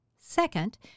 Second